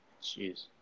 Jeez